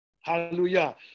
Hallelujah